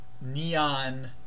neon